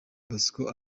bosco